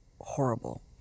horrible